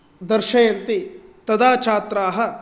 दर्शयन्ति तथा छात्राः